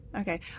Okay